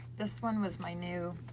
this one was my new.